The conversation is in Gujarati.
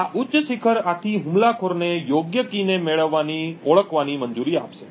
આ ઉચ્ચ શિખર આથી હુમલાખોરને યોગ્ય કી ને ઓળખવાની મંજૂરી આપશે